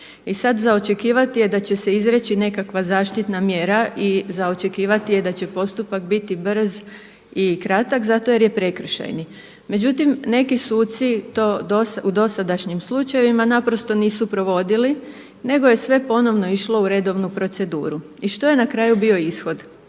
i sada za očekivati je da će se izreći nekakva zaštitna mjera i za očekivati je da će postupak biti brz i kratak zato jer je prekršajni, međutim neki suci to u dosadašnjim slučajevima naprosto nisu provodili nego je sve ponovno išlo u redovnu proceduru. I što je na kraju bio ishod?